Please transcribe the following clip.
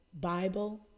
Bible